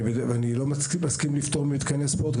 אני לא מסכים ממתקני ספורט.